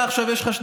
אתה בורח.